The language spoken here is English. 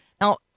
Now